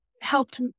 helped